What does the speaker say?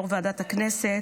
יו"ר ועדת הכנסת,